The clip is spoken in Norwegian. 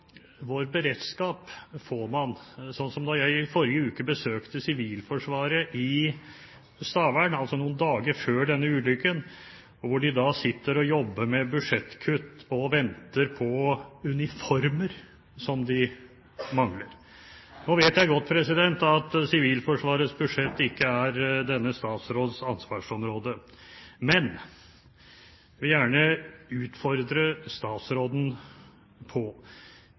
da jeg i forrige uke besøkte Sivilforsvaret i Stavern, noen dager før denne ulykken. Der satt de og jobbet med budsjettkutt og ventet på uniformer, som de mangler. Nå vet jeg godt at Sivilforsvarets budsjett ikke er denne statsråds ansvarsområde, men jeg vil gjerne utfordre statsråden på